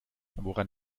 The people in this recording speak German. woran